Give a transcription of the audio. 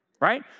right